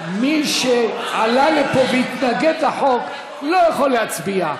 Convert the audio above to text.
מי שעלה לפה והתנגד לחוק לא יכול להצביע.